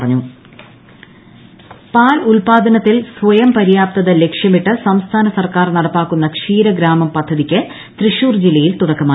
ക്ഷീരഗ്രാമം പദ്ധതി പാൽ ഉൽപ്പാദനത്തിൽ സ്വയംപര്യാപ്തത ലക്ഷ്യമിട്ട് സംസ്ഥാന സർക്കാർ നടപ്പാക്കുന്ന ക്ഷീരഗ്രാമം പദ്ധതിയ്ക്ക് തൃശൂർ ജില്ലയിൽ തുടക്കമായി